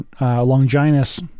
longinus